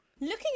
Looking